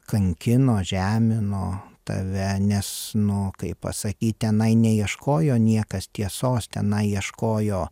kankino žemino tave nes nu kaip pasakyt tenai neieškojo niekas tiesos tenai ieškojo